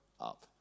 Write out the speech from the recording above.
up